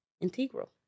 integral